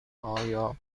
آیا